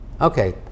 Okay